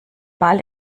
ball